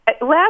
last